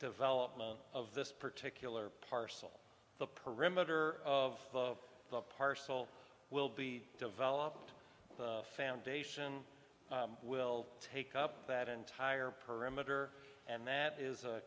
development of this particular parcel the perimeter of the parcel will be developed foundation will take up that entire perimeter and that is a